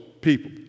people